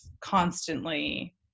constantly